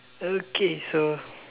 okay so